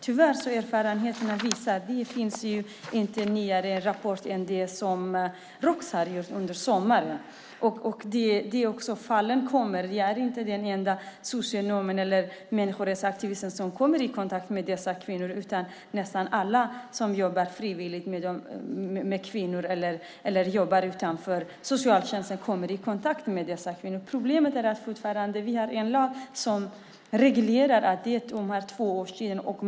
Tyvärr visar erfarenheterna detta. Det finns inte någon nyare rapport än den som Roks gjorde under sommaren. De fallen kommer. Jag är inte den enda socionom eller människorättsaktivist som kommer i kontakt med dessa kvinnor. Nästan alla som jobbar frivilligt med kvinnor eller på annat sätt utanför socialtjänsten kommer i kontakt med dessa kvinnor. Problemet är att vi fortfarande har en lag som reglerar tvåårsregeln.